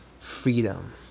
freedom